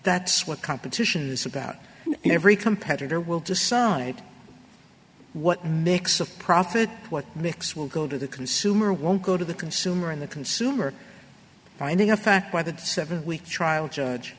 that's what competition is about every competitor will decide what makes a profit what mix will go to the consumer won't go to the consumer and the consumer finding a fact where the seven week trial judge